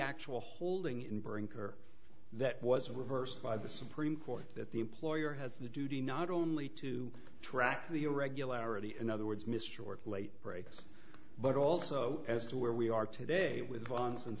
actual holding in brinker that was reversed by the supreme court that the employer has the duty not only to track the irregularity in other words mr or late breaks but also as to where we are today with bonds and